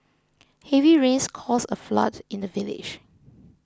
heavy rains caused a flood in the village